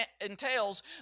entails